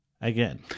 again